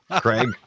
Craig